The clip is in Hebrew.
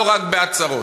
לא רק בהצהרות.